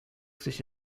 sich